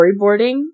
storyboarding